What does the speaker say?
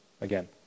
Again